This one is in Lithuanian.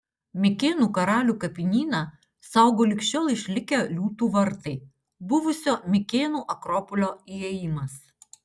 mikėnų karalių kapinyną saugo lig šiol išlikę liūtų vartai buvusio mikėnų akropolio įėjimas